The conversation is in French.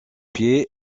pieds